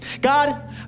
God